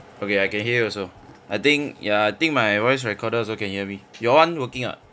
okay I can hear also I think ya I think my voice recorder also can hear me your [one] working or not